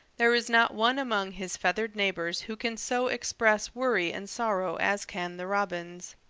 there is not one among his feathered neighbors who can so express worry and sorrow as can the robins.